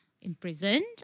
imprisoned